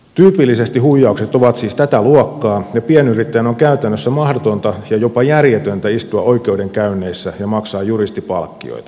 tyypillisesti huijaukset ovat siis tätä luokkaa ja pienyrittäjän on käytännössä mahdotonta ja jopa järjetöntä istua oikeudenkäynneissä ja maksaa juristipalkkioita